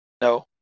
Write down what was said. No